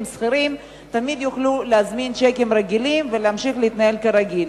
סחירים תמיד יוכלו להזמין שיקים רגילים ולהמשיך להתנהל כרגיל.